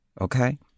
okay